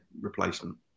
replacement